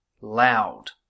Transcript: loud